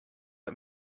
let